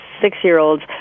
six-year-olds